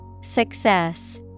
success